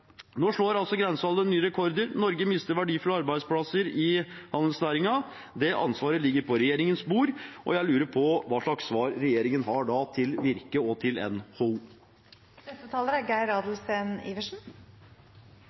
Nå setter altså grensehandelen nye rekorder. Norge mister verdifulle arbeidsplasser i handelsnæringen. Det ansvaret ligger på regjeringens bord, og jeg lurer på hva slags svar regjeringen da har til Virke og til